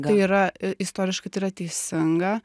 tai yra istoriškai tai yra teisinga